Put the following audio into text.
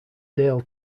dale